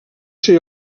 ser